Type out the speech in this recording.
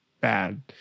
bad